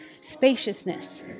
spaciousness